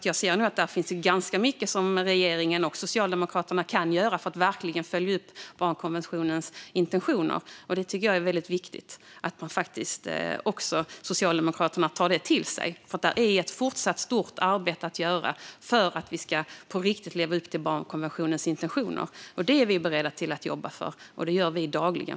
Jag ser att det finns ganska mycket som regeringen och Socialdemokraterna kan göra för att verkligen följa upp barnkonventionens intentioner. Det tycker jag är väldigt viktigt att Socialdemokraterna tar till sig, för vi har ett fortsatt stort arbete att göra för att vi på riktigt ska leva upp till barnkonventionens intentioner. Det är vi sverigedemokrater beredda att jobba för, och det gör vi dagligen.